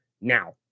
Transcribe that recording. now